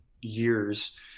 years